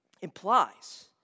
implies